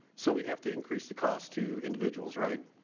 so we have to increase the cost to individuals. right.